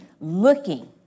looking